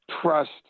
trust